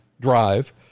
drive